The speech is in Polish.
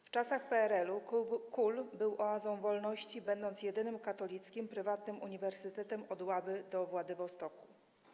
W czasach PRL-u KUL był oazą wolności, będąc jedynym katolickim, prywatnym uniwersytetem od Łaby do Władywostoku.